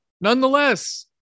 Nonetheless